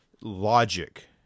Logic